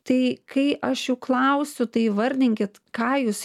tai kai aš jų klausiu tai įvardinkit ką jūs